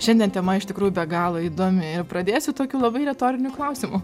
šiandien tema iš tikrųjų be galo įdomi ir pradėsiu tokiu labai retoriniu klausimu